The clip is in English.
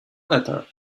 letter